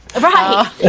right